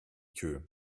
que